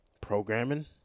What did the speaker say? programming